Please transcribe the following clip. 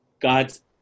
God's